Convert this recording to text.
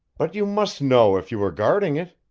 but you must know if you were guarding it!